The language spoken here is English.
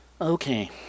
Okay